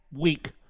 week